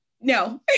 No